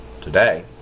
today